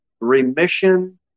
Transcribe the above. remission